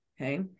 Okay